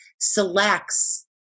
selects